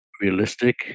realistic